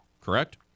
Correct